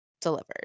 delivered